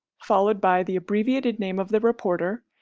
followed by the abbreviated name of the reporter,